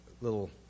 little